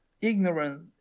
ignorant